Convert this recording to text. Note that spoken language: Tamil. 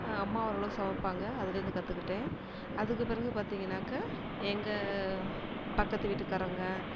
அம்மா ஓரளவுக்கு சமைப்பாங்க அதுலந்து கற்றுக்கிட்டேன் அதுக்குப் பிறகு பார்த்தீங்கன்னாக்கா எங்கள் பக்கத்து வீட்டுக்காரவங்க